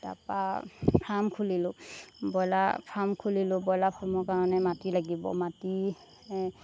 তাৰপৰা ফ্ৰাম খুলিলোঁ broiler farm খুলিলোঁ ব্ৰইলাৰ ফাৰ্মৰ কাৰণে মাটি লাগিব মাটি এ